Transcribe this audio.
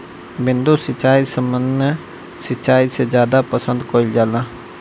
बूंद सिंचाई सामान्य सिंचाई से ज्यादा पसंद कईल जाला